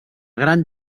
gran